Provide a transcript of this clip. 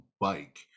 bike